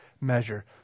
measure